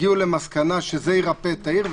הגיעו למסקנה שזה ירפא את העיר,